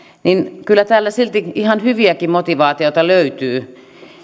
kyllä täällä silti ihan hyviäkin motivaatioita löytyy